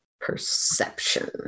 perception